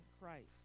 Christ